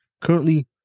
Currently